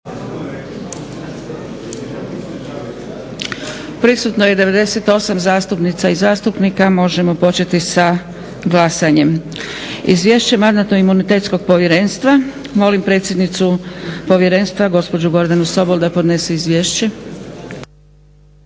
Prisutno je 98 zastupnica i zastupnika. Možemo početi sa glasanjem. 110. Izvješće Mandatno-imunitetnog povjerenstva Molim predsjednicu povjerenstva gospođu Gordanu Sobol da podnese izvješće.